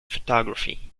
photography